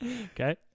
okay